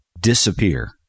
disappear